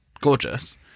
gorgeous